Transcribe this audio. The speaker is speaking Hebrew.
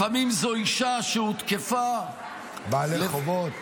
לפעמים זו אישה שהותקפה -- בעלי חובות.